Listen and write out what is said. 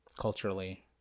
culturally